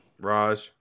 Raj